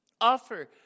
Offer